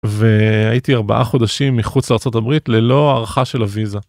והייתי ארבעה חודשים מחוץ לארה״ב ללא הארכה של הוויזה.